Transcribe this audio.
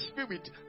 spirit